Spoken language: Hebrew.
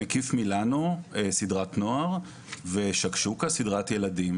"מקיף מילנו", סדרת נוער ו"שקשוקה", סדרת ילדים.